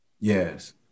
Yes